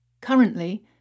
Currently